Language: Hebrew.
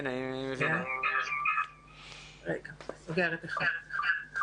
הם אמרו שעד סוף